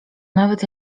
nawet